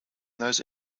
those